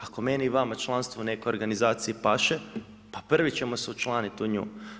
Ako meni i vama članstvo u nekoj organizaciji paše, pa prvi ćemo se učlaniti u nju.